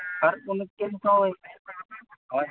ᱟᱨ ᱩᱱᱠᱤᱱᱦᱚᱸᱭ ᱦᱚᱭ